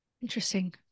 Interesting